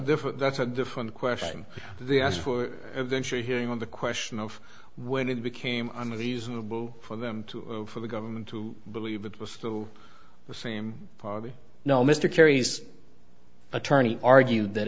different that's a different question they asked for eventually hearing on the question of when it became an reasonable for them to for the government to believe it was still the same party now mr kerry's attorney argued that